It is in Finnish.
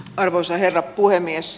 arvoisa herra puhemies